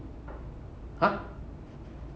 !huh!